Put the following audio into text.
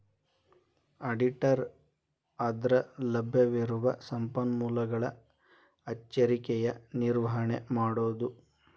ಆಡಿಟರ ಅಂದ್ರಲಭ್ಯವಿರುವ ಸಂಪನ್ಮೂಲಗಳ ಎಚ್ಚರಿಕೆಯ ನಿರ್ವಹಣೆ ಮಾಡೊದು